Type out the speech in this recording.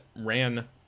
ran